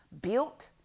built